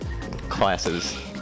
classes